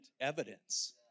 evidence